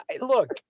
Look